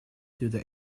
through